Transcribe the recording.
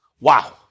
Wow